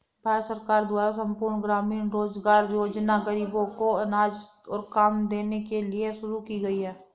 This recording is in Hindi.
भारत सरकार द्वारा संपूर्ण ग्रामीण रोजगार योजना ग़रीबों को अनाज और काम देने के लिए शुरू की गई है